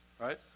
Right